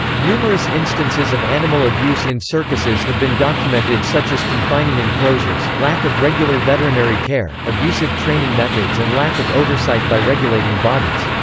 numerous instances of animal abuse in circuses have been documented such as confining enclosures, lack of regular veterinary care, abusive training methods and lack of oversight by regulating bodies.